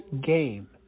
game